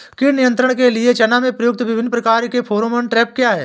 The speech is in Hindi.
कीट नियंत्रण के लिए चना में प्रयुक्त विभिन्न प्रकार के फेरोमोन ट्रैप क्या है?